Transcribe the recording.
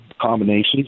combinations